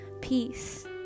Peace